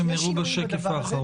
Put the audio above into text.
זה מה שהם הראו בשקף האחרון.